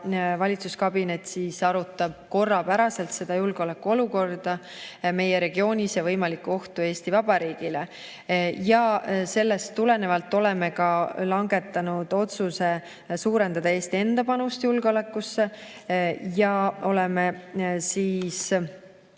valitsuskabinet arutab korrapäraselt julgeolekuolukorda meie regioonis ja võimalikku ohtu Eesti Vabariigile. Sellest tulenevalt oleme langetanud otsuse suurendada Eesti enda panust julgeolekusse. Me oleme